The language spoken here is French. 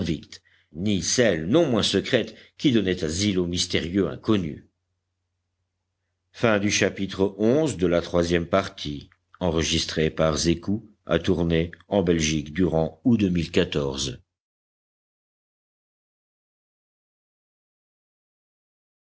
ni celle non moins secrète qui donnait asile au mystérieux inconnu